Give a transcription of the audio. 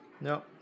no